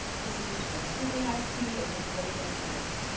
this is used for sweetening iced tea, or just glazing fruits.